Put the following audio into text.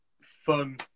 fun